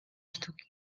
sztuki